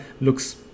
looks